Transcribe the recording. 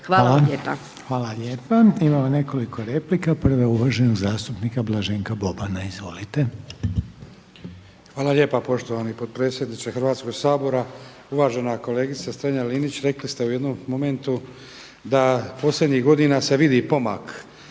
(HDZ)** Hvala lijepa. Imamo nekoliko replika. Prva je uvaženog zastupnika Blaženka Bobana. Izvolite. **Boban, Blaženko (HDZ)** Hvala lijepa poštovani potpredsjedniče Hrvatskog sabora. Uvažena kolegice Strenja Linić, rekli ste u jednom momentu da posljednjih godina se vidi pomak